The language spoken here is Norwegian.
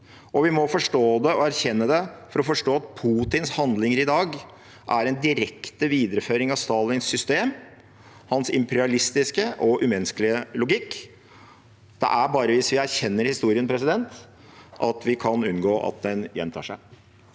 må også forstå det og erkjenne det for å forstå at Putins handlinger i dag er en direkte videreføring av Stalins system, hans imperialistiske og umenneskelige logikk. Det er bare hvis vi erkjenner historien, at vi kan unngå at den gjentar seg.